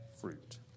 fruit